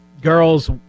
girls